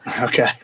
Okay